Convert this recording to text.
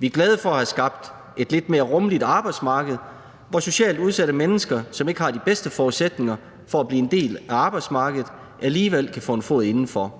Vi er glade for at have skabt et lidt mere rummeligt arbejdsmarked, hvor socialt udsatte mennesker, som ikke har de bedste forudsætninger for at blive en del af arbejdsmarkedet, alligevel kan få en fod indenfor.